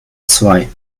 zwei